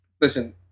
listen –